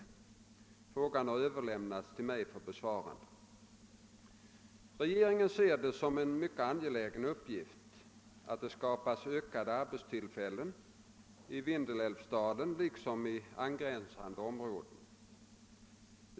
Frågan har överlämnats till mig för besvarande. Regeringen ser det som en mycket angelägen uppgift att det skapas ökade arbetstillfällen i Vindelälvsdalen liksom i angränsande områden.